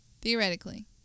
Theoretically